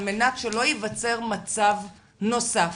על מנת שלא ייווצר מצב נוסף,